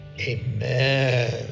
amen